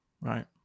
right